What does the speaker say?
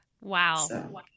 Wow